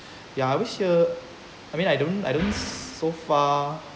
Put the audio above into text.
ya I wish here I mean I don't I don't so far